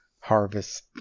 harvest